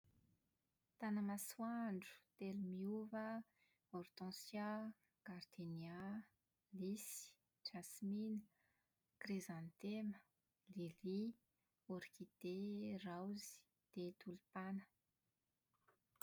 Tanamasoandro, telomiova, hortensia, gardenia, lisy, jasmina, krisantema orkide, raozy, dia tolipana.